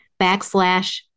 backslash